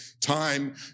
time